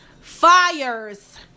Fires